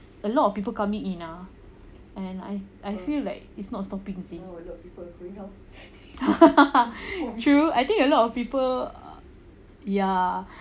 a lot of people coming in ah and I I feel like it's not stopping you see true I think a lot of people ya